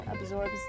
absorbs